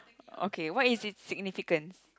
okay what is its significance